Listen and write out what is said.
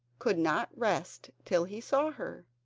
could not rest till he saw her.